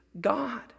God